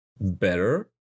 better